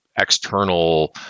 external